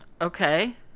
Okay